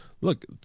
Look